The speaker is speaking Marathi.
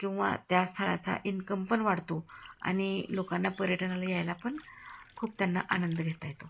किंवा त्या स्थळाचा इन्कम पण वाढतो आणि लोकांना पर्यटनाला यायलापण खूप त्यांना आनंद घेता येतो